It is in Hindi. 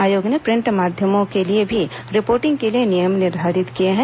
आयोग ने प्रिंट माध्यमों के लिए भी रिपोर्टिंग के लिए नियम निर्धारित किए हैं